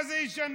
מה זה ישנה?